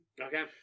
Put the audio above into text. Okay